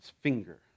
finger